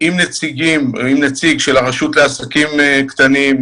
עם נציגים או עם נציג של הרשות לעסקים קטנים,